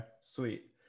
sweet